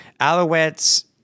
Alouettes